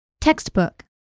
Textbook